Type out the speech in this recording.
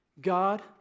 God